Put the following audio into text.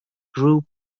group